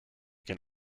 can